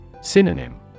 Synonym